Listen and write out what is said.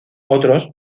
otros